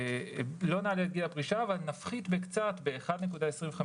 את גיל הפרישה אבל נפחית קצת, ב-1.25%,